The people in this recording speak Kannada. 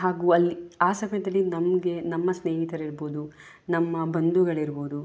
ಹಾಗೂ ಅಲ್ಲಿ ಆ ಸಮಯದಲ್ಲಿ ನಮಗೆ ನಮ್ಮ ಸ್ನೇಹಿತರಿರ್ಬೋದು ನಮ್ಮ ಬಂಧುಗಳಿರ್ಬೋದು